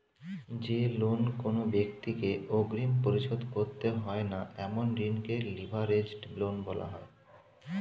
যে লোন কোনো ব্যাক্তিকে অগ্রিম পরিশোধ করতে হয় না এমন ঋণকে লিভারেজড লোন বলা হয়